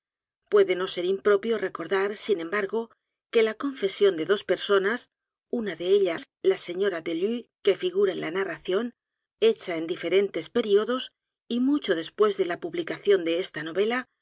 puede no ser impropio recordar sin embargo que la confesión de dos personas una de ellas la sra delue que figura en la narración hecha en diferentes períodos y mucho después de la publicación de esta novela